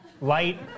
light